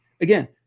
Again